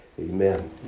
Amen